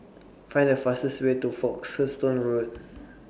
Find The fastest Way to Folkestone Road